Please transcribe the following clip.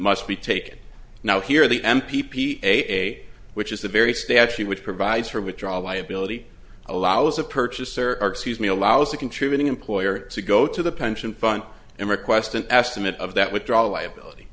must be taken now here the m p p a which is the very state actually which provides for withdrawal liability allows a purchaser or excuse me allows a contributing employer to go to the pension fund and request an estimate of that withdrawal liability